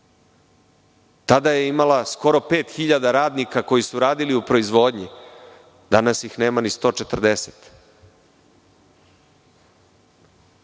Tada je imala skoro pet hiljada radnika koji su radili u proizvodnji, danas ih nema ni 140.